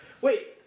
wait